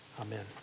Amen